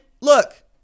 look